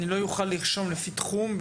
אני לא אוכל לרשום לפי תחום,